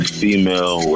female